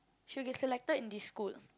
she'll get selected in this school